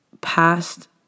past